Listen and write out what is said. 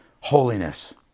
holiness